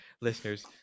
listeners